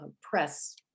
press